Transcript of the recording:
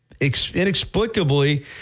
inexplicably